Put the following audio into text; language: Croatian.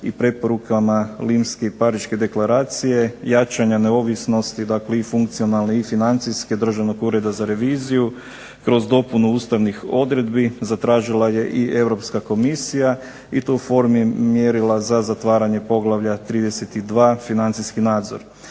i preporukama Limske i Pariške deklaracije, jačanja neovisnosti, dakle i funkcionalne i financijske, Državnog ureda za reviziju kroz dopunu ustavnih odredbi zatražila je i Europska komisija i to u formi mjerila za zatvaranje poglavlja 32. – Financijski nadzor.